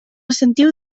sentiu